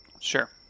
sure